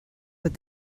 but